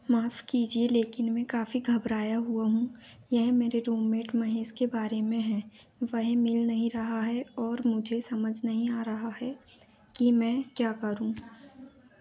माफ़ कीजिए लेकिन मैं काफी घबराया हुआ हूँ यह मेरे रूममेट महेश के बारे में है वह मिल नहीं रहा है और मुझे समझ नहीं आ रहा है कि मैं क्या करूँ